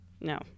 No